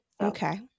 Okay